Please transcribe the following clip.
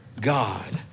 God